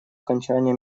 окончания